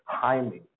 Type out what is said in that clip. timing